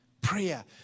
Prayer